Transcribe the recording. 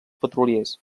petroliers